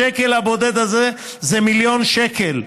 השקל הבודד הזה זה מיליון שקל,